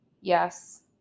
Yes